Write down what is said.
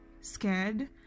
scared